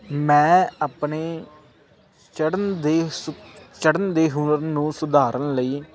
ਮੈਂ ਆਪਣੀ ਚੜ੍ਹਨ ਦੇ ਸੁ ਚੜ੍ਹਨ ਦੇ ਹੁਨਰ ਨੂੰ ਸੁਧਾਰਨ ਲਈ